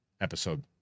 episode